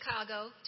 Chicago